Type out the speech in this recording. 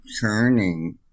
turning